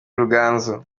ruganzu